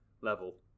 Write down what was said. level